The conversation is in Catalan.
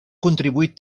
contribuït